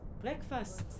breakfast